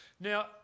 Now